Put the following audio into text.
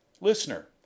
Listener